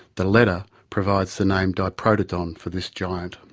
the letter provides the name diprotodon for this giant.